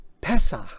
Pesach